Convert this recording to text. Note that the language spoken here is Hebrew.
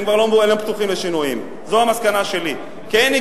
הם כבר לא פתוחים לשינויים,